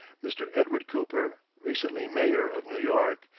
mr. edward cooper, recently mayor of new york,